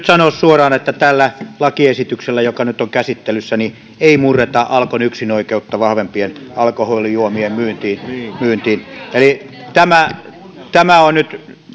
sanoa suoraan että tällä lakiesityksellä joka nyt on käsittelyssä ei murreta alkon yksinoikeutta vahvempien alkoholijuomien myyntiin myyntiin eli tämä tämä on nyt